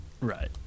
right